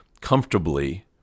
comfortably